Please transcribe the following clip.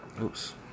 oops